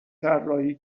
طراحی